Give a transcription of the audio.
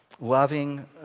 loving